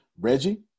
Reggie